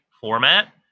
format